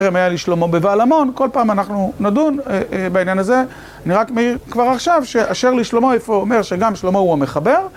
אם היה לשלמה בבעל עמון, כל פעם אנחנו נדון בעניין הזה. אני רק מעיר כבר עכשיו, ש"אשר לשלמה" איפה אומר שגם שלמה הוא המחבר.